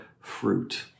fruit